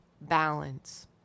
balance